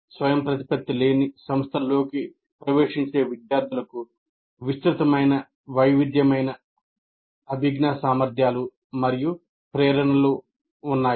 స్వయంప్రతిపత్తి లేని సంస్థలలోకి ప్రవేశించే విద్యార్థులకు విస్తృతంగా వైవిధ్యాలు అభిజ్ఞా సామర్థ్యాలు మరియు ప్రేరణలు ఉన్నాయి